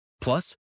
Plus